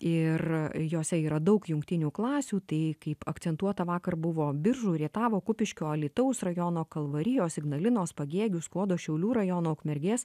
ir jose yra daug jungtinių klasių tai kaip akcentuota vakar buvo biržų rietavo kupiškio alytaus rajono kalvarijos ignalinos pagėgių skuodo šiaulių rajono ukmergės